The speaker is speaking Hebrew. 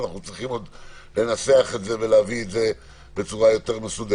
אבל אנחנו צריכים לנסח את זה ולהביא את זה בצורה יותר מסודרת.